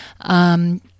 Um